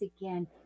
again